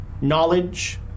knowledge